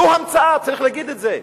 זו המצאה, צריך להגיד את זה.